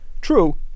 true